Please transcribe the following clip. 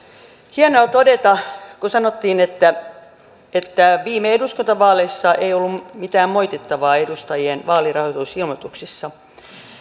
hienoa kun sanottiin että että viime eduskuntavaaleissa ei ollut mitään moitittavaa edustajien vaalirahoitusilmoituksissa